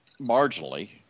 marginally